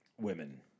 Women